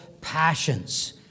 passions